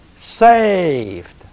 saved